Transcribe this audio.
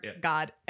God